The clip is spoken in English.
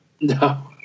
No